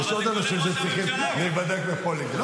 יש עוד אנשים שצריכים להיבדק בפוליגרף.